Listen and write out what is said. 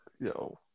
Yo